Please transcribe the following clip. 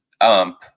ump